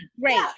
great